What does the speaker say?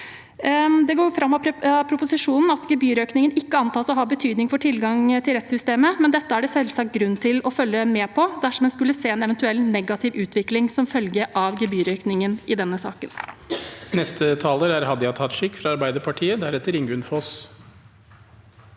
Det går fram av proposisjonen at gebyrøkningen ikke antas å ha betydning for tilgang til rettssystemet, men dette er det selvsagt grunn til å følge med på, dersom en skulle se en eventuell negativ utvikling som følge av gebyrøkningen i denne saken. Hadia Tajik (A) Denne